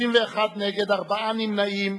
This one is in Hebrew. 51 נגד, ארבעה נמנעים.